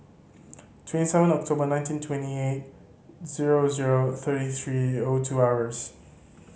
twenty seven October nineteen twenty eight zero zero thirty three O two hours